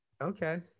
Okay